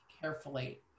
carefully